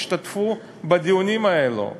השתתפו בדיונים האלה,